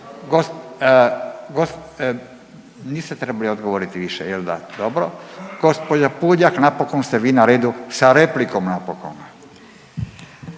gosp., niste trebali odgovoriti više jel da, dobro. Gospođa Puljak napokon ste vi na redu sa replikom napokon.